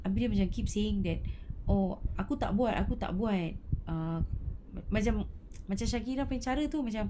habis macam keep saying that oh aku tak buat aku tak buat err macam macam shakirah punya cara tu macam